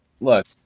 Look